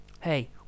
Hey